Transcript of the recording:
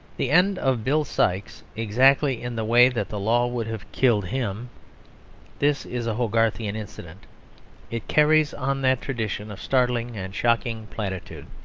the end of bill sikes exactly in the way that the law would have killed him this is a hogarthian incident it carries on that tradition of startling and shocking platitude.